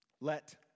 let